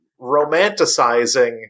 romanticizing